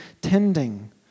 tending